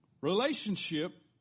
Relationship